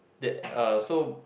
that uh so